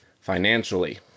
financially